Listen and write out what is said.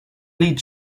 lead